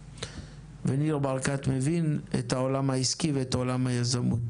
ניר ברקת מבין את העולם העסקי ואת עולם היזמות,